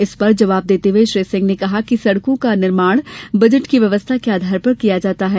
इस पर जवाब देते हुये श्री सिंह ने कहा कि सड़कों का निर्माण बजट की व्यवस्था के आधार पर किया जाता है